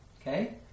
Okay